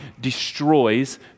destroys